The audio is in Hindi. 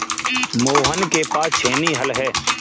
मोहन के पास छेनी हल है